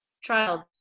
child